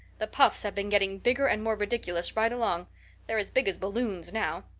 the puffs have been getting bigger and more ridiculous right along they're as big as balloons now.